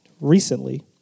recently